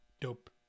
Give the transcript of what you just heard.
dope